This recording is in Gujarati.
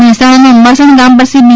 મહેસાણાનો અંબાસણ ગામ પાસે બી